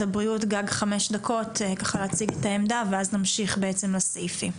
הבריאות גג חמש דקות ככה להציג את העמדה ואז נמשיך בעצם לסעיפים.